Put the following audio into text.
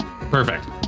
perfect